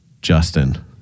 Justin